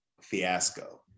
fiasco